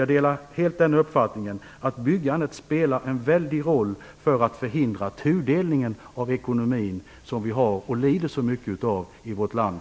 Jag delar helt uppfattningen att byggandet spelar en stor roll för att förhindra den tudelning av ekonomin som vi i dag lider så mycket av i vårt land.